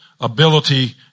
ability